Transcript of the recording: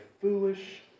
foolish